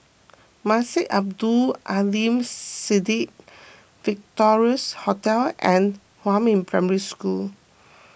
Masjid Abdul Aleem Siddique Victorias Hotel and Huamin Primary School